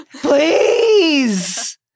Please